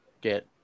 get